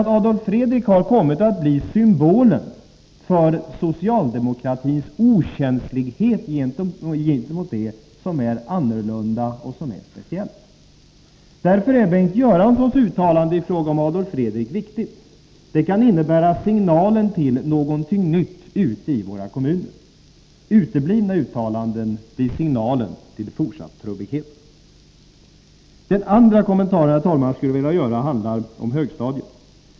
Adolf Fredrik har kommit att bli symbolen för socialdemokratins okänslighet gentemot det som är annorlunda och speciellt, Därför är Bengt Göränssons uttalande i fråga om Adolf Fredrik viktigt. Det kan innebära signalen till någonting nytt ute i våra kommuner. Uteblivna uttalanden blir signalen till fortsatt trubbighet. Den andra kommentar, herr talman, som jag skulle vilja göra handlar om högstadiet.